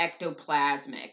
ectoplasmic